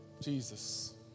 Jesus